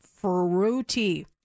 fruity